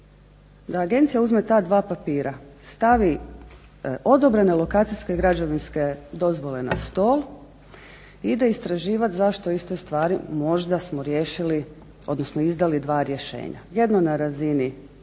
da agencija uzme ta dva papira, stavi odobrene lokacijske i građevinske dozvole na stol i ide istraživati zašto iste stvari možda smo riješili odnosno izdali dva rješenja. Jedno na razini